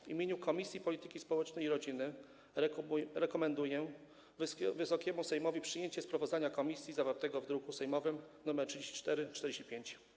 W imieniu Komisji Polityki Społecznej i Rodziny rekomenduję Wysokiemu Sejmowi przyjęcie sprawozdania komisji zawartego w druku sejmowym nr 3445.